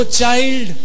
child